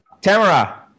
Tamara